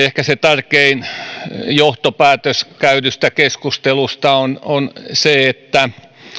ehkä se tärkein johtopäätös käydystä keskustelusta on on se että